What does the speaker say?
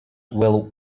will